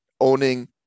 owning